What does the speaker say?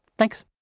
thanks